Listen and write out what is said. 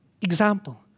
example